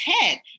head